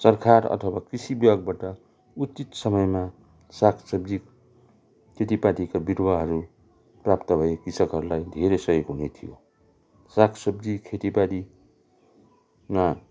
सरकार अथवा कृषि बिभागबाट उचित समयमा साग सब्जी खेतीपातीको बिरुवाहरू प्राप्त भए कृषकहरूलाई धेरै सहयोग हुने थियो साग सब्जी खेतीबालीमा